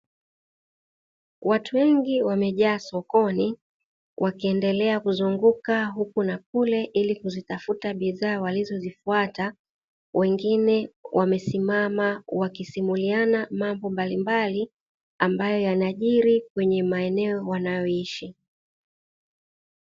Watu wengi wamejaa sokoni wakiendelea kuzunguka huku na kule ili kuzitafuta bidhaa walizozifuata wengine wamesimama wakisimuliana mambo mbalimbali ambayo yanajiri kwenye maeneo wanayoishi.